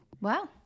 Wow